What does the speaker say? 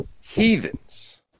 heathens